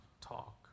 talk